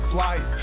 life